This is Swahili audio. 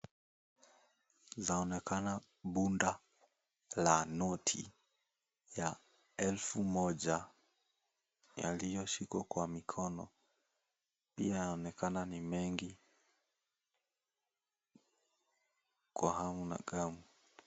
Linaonekana bunda la noti ya 1000 iliyoshikwa kwa mikono pia inaonekana ni mengi kwa hamu na gamu.